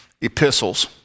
epistles